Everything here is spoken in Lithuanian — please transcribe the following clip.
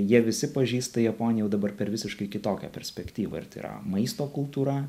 jie visi pažįsta japoniją jau dabar per visiškai kitokią perspektyvą ir tai yra maisto kultūra